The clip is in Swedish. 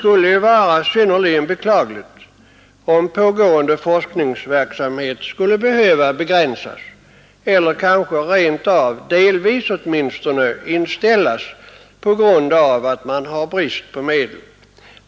Men det vore synnerligen beklagligt, om den pågående forskningen skulle behöva begränsas eller kanske rent av, åtminstone delvis, inställas på grund av brist på medel.